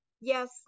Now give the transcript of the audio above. yes